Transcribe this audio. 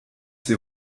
sie